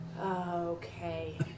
Okay